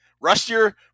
Rustier